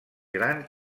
gran